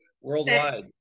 worldwide